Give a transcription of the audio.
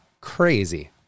crazy